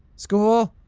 school.